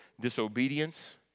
Disobedience